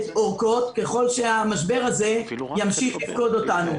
אורכות ככל שהמשבר הזה ימשיך לפקוד אותנו.